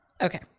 Okay